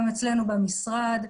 גם אצלנו במשרד,